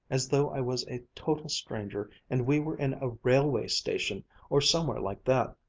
as though i was a total stranger and we were in a railway station or somewhere like that,